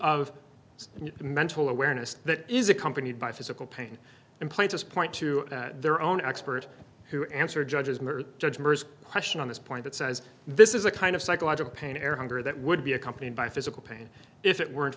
of mental awareness that is accompanied by physical pain in places point to their own expert who answer judges judge merz question on this point that says this is a kind of psychological pain air hunger that would be accompanied by physical pain if it weren't